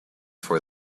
for